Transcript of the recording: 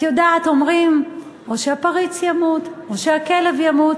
את יודעת, אומרים: או שהפריץ ימות או שהכלב ימות.